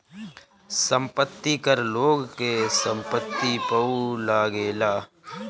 संपत्ति कर लोग के संपत्ति पअ लागेला